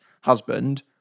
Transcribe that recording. husband